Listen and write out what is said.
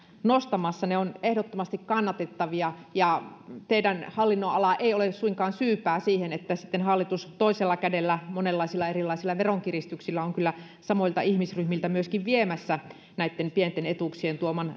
nostamassa ne ovat ehdottomasti kannatettavia teidän hallinnonalanne ei ole suinkaan syypää siihen että hallitus toisella kädellä monenlaisilla erilaisilla veronkiristyksillä on samoilta ihmisryhmiltä kyllä myöskin viemässä näitten pienten etuuksien tuoman